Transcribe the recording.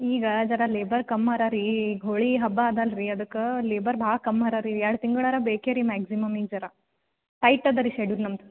ಈಗ ಜರ ಲೇಬರ್ ಕಮ್ಮರ ರೀ ಈಗ ಹೋಳಿ ಹಬ್ಬ ಅದಲ್ ರೀ ಅದಕ್ಕೆ ಲೇಬರ್ ಭಾಳ ಕಮ್ಮಾರ ರೀ ಎರಡು ತಿಂಗ್ಳಾರೂ ಬೇಕು ರೀ ಮ್ಯಾಗ್ಸಿಮಮ್ಮಿ ಜರಾ ಟೈಟ್ ಇದೆ ರೀ ಶೆಡ್ಯೂಲ್ ನಮ್ದು